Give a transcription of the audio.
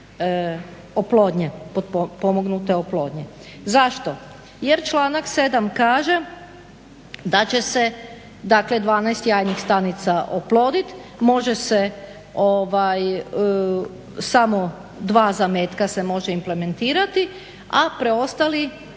oplodnje, potpomognute oplodnje. Zašto? Jer članak 7. kaže da će se, dakle 12 jajnih stanica oploditi. Može se samo 2 zametka se može implementirati, a preostali